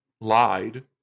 lied